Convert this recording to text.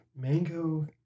mango